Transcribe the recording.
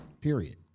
Period